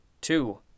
two